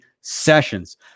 Sessions